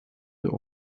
der